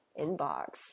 inbox